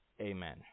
Amen